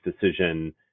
decision